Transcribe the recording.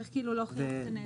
צריך להוכיח את הנזק.